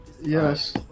Yes